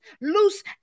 Loose